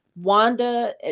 Wanda